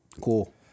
cool